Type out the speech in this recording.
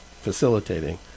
facilitating